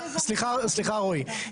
סליחה, רואי.